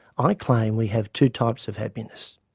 i claim we have two types of happiness.